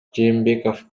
жээнбеков